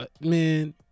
man